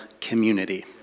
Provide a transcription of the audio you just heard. community